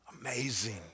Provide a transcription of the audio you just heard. Amazing